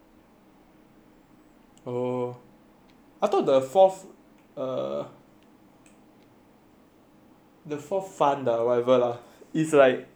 oh I thought the fourth uh the fourth fund ah or whatever lah is like for businesses only